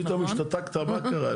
פתאום השתתקת, מה קרה?